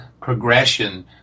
progression